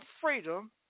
freedom